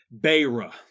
Beira